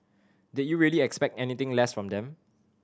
did you really expect anything less from them